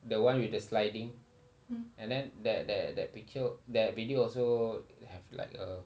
the one with the sliding and then that that that picture that video also have like a